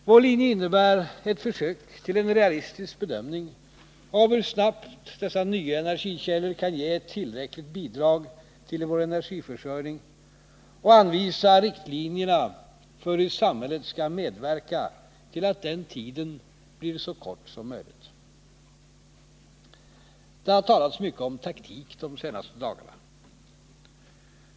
Vår linje innebär ett försök till en realistisk bedömning av hur snabbt dessa energikällor kan ge ett tillräckligt bidrag till vår energiförsörjning, och den anvisar riktlinjerna för hur samhället skall medverka till att den tiden skall bli så kort som möjligt. Det har talats mycket om taktik de senaste dagarna.